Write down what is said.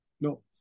no